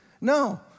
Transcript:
No